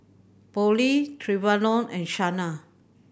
Polly Trevon and Shanna